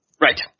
Right